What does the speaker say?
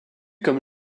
comme